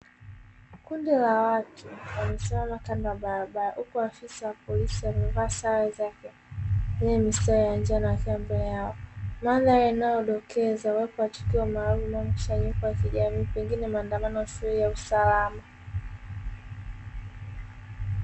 Kundi la watu wamesimama kando ya barabara, huku afisa wa polisi maevaa sare zake yenye mistari ya njano akiwa mbele, madhari inayodokeza uwepo wa tukio maalumu linalopelekea mkusanyiko wa kijamii maandamano, na shughuli ya usalama.